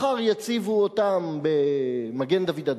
מחר יציבו אותם במגן-דוד-אדום,